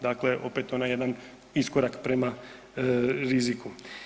Dakle, opet onaj jedan iskorak prema riziku.